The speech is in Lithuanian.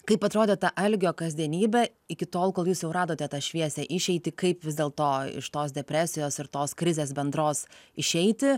kaip atrodė ta algio kasdienybė iki tol kol jūs jau radote tą šviesią išeitį kaip vis dėlto iš tos depresijos ir tos krizės bendros išeiti